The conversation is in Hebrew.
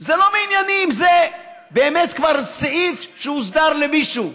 זה לא מענייני אם זה באמת כבר סעיף שהוסדר למישהו.